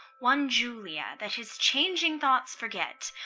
one julia, that his changing thoughts forget,